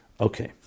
Okay